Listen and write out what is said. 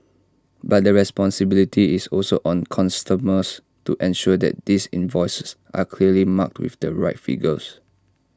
but the responsibility is also on customers to ensure that these invoices are clearly marked with the right figures